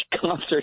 concert